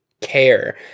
care